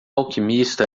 alquimista